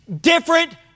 different